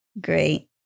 Great